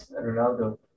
Ronaldo